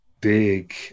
big